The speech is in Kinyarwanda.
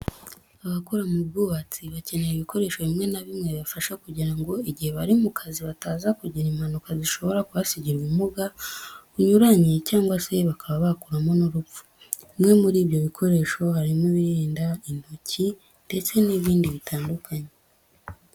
Abakora mu bwubatsi bakenera ibikoresho bimwe na bimwe bibafasha kugira ngo igihe bari mu kazi bataza kugira impanuka zishobora kubasigira ubumuga bunyuranye cyangwa se bakaba bakuramo n'urupfu. Bimwe muri ibyo bikoresho harimo ibirinda intoki ndetse n'ibindi bitandukanye.